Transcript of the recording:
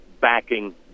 backing